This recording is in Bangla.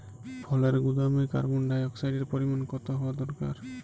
ফলের গুদামে কার্বন ডাই অক্সাইডের পরিমাণ কত হওয়া দরকার?